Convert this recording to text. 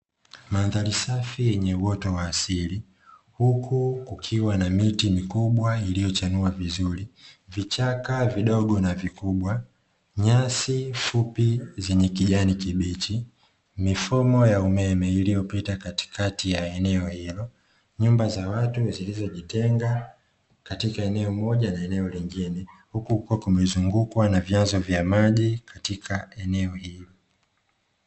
Mandhari safi yenye uoto wa asili huku ya miti mikubwa iliyochanua vizuri vichaka vidogo na vikubwa nyasi fupi zenye kijani kibichi, mifumo ya umeme iliyopita katikati ya eneo hilo nyumba za watu zilizovitenga katika eneo moja la leo lingine huku uko kwenye mzunguko na vyanzo vya maji katika eneo hilo.